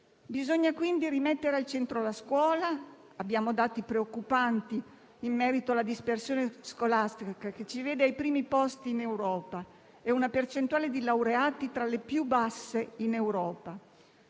Bisogna quindi rimettere al centro la scuola - abbiamo dati preoccupanti in merito alla dispersione scolastica, che ci vede ai primi posti in Europa, e una percentuale di laureati tra le più basse in Europa